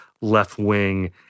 left-wing